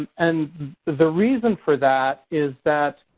and the reason for that is that